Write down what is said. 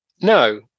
No